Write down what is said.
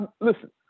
Listen